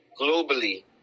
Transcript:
globally